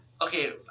okay